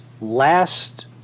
last